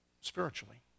spiritually